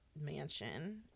mansion